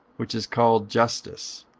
which is called justus,